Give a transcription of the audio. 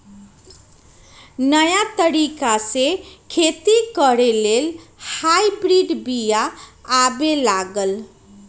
नयाँ तरिका से खेती करे लेल हाइब्रिड बिया आबे लागल